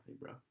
bro